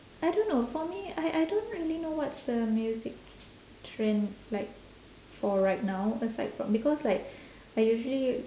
I don't know for me I I don't really know what's the music trend like for right now aside from because like I usually